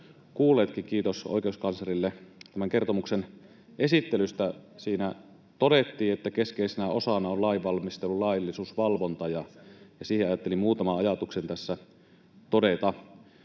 kuulleetkin. Kiitos oikeuskanslerille tämän kertomuksen esittelystä. Siinä todettiin, että keskeisenä osana on lainvalmistelun laillisuusvalvonta, ja siitä ajattelin muutaman ajatuksen tässä todeta.